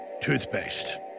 toothpaste